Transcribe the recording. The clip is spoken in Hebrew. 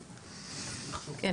כן,